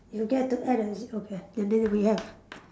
you get to add a ze~ okay and then we have